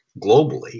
globally